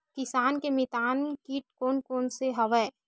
किसान के मितान कीट कोन कोन से हवय?